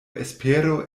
espero